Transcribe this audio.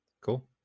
Cool